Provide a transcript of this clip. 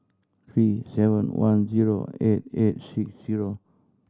three seven one zero eight eight six zero